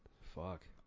Fuck